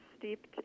steeped